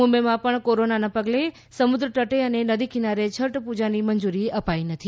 મુંબઈમાં પણ કોરોનાના પગલે સમુદ્ર તટે અને નદી કિનારે છઠ પુજાની મંજૂરી અપાઈ નથી